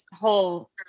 whole